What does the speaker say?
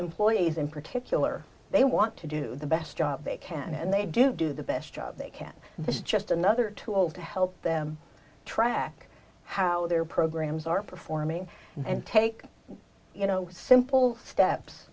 employees in particular they want to do the best job they can and they do do the best job they can it's just another tool to help them track how their programs are performing and take you know simple steps